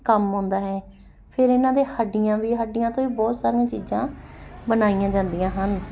ਕੰਮ ਆਉਂਦਾ ਹੈ ਫਿਰ ਇਹਨਾਂ ਦੇ ਹੱਡੀਆਂ ਵੀ ਹੱਡੀਆਂ ਤੋਂ ਵੀ ਬਹੁਤ ਸਾਰੀਆਂ ਚੀਜ਼ਾਂ ਬਣਾਈਆਂ ਜਾਂਦੀਆਂ ਹਨ